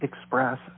express